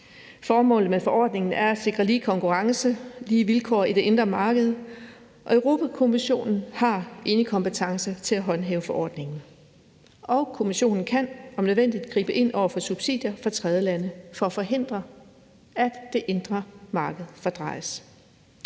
Formålet med forordningen er at sikre lige konkurrence og lige vilkår i det indre marked. Europa-Kommissionen har enekompetence til at håndhæve forordningen, og Kommissionen kan om nødvendigt gribe ind over for subsidier fra tredjelande for at forhindre, at det indre marked fordrejes.